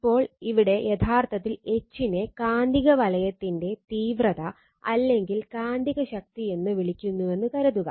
ഇപ്പോൾ ഇവിടെ യഥാർത്ഥത്തിൽ H നെ കാന്തികവലയത്തിന്റെ തീവ്രത അല്ലെങ്കിൽ കാന്തികശക്തി എന്ന് വിളിക്കുന്നുവെന്ന് കരുതുക